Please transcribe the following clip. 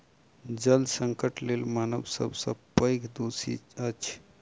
जल संकटक लेल मानव सब सॅ पैघ दोषी अछि